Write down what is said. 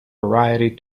variety